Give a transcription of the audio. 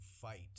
fight